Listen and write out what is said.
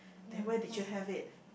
then when did you have it